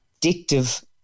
addictive